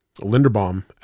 Linderbaum